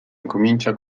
incomincia